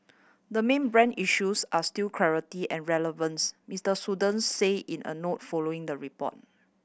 the main brand issues are still clarity and relevance Mister Saunders said in a note following the report